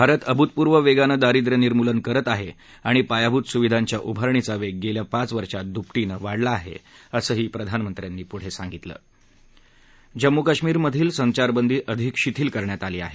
भारत अभूतपूर्व वेगानं दारिद्रय निर्मूलन करत आहे आणि पायाभूत सुविधांच्या उभारणीचा वेग गेल्या पाच वर्षात दुप्पटीनं वाढला आहे असंही प्रधानमंत्री पुढं म्हणाले जम्मू काश्मीर मधील संचारवंदी अधिक शिथिल करण्यात आली आहे